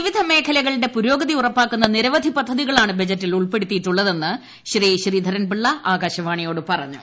വിവിധ മേഖലകളുടെ പുരോഗതി ഉറപ്പാക്കുന്ന് നീര്യ്ഥി പദ്ധതികളാണ് ബജറ്റിൽ ഉൾപ്പെടുത്തിയിട്ടുള്ളതെന്ന് ശ്രീ ശ്രീധരൻപിള്ള ആകാശവാണിയോട് പറഞ്ഞു